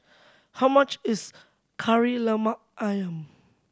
how much is Kari Lemak Ayam